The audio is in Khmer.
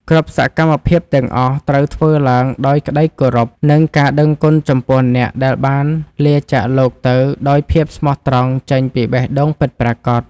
គ្រប់សកម្មភាពទាំងអស់ត្រូវធ្វើឡើងដោយក្តីគោរព និងការដឹងគុណចំពោះអ្នកដែលបានលាចាកលោកទៅដោយភាពស្មោះត្រង់ចេញពីបេះដូងពិតប្រាកដ។